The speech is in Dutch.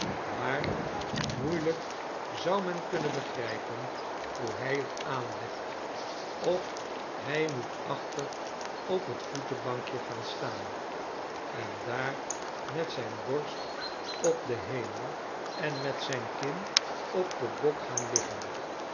maar moeielijk zou men kunnen begrijpen hoe hij t aanlegt of hij moet achter op tvoetenbankje gaan staan en daar met zijn borst op den hemel en met ziin kin op den bok gaan liggen